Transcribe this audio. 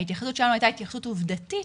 ההתייחסות שם הייתה התייחסות עובדתית,